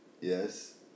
Yes